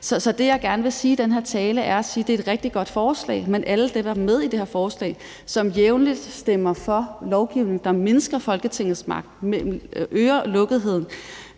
Så det, jeg gerne vil sige i den her tale, er, at det er et rigtig godt forslag, men alle dem, der er med i det her forslag, og som jævnligt stemmer for lovgivning, der mindsker Folketingets magt, øger lukketheden